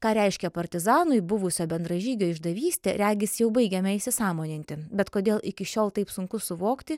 ką reiškia partizanui buvusio bendražygio išdavystė regis jau baigiame įsisąmoninti bet kodėl iki šiol taip sunku suvokti